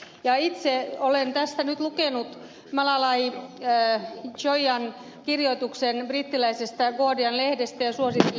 ja itse olen tässä nyt lukenut malalai joyan kirjoituksen brittiläisestä guardian lehdestä ja suosittelen teillekin